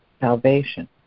salvation